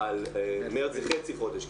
מרץ, זה חצי חודש.